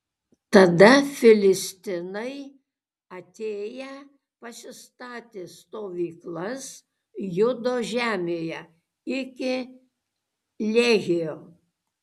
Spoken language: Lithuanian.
tada filistinai atėję pasistatė stovyklas judo žemėje iki lehio